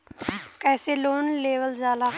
कैसे लोन लेवल जाला?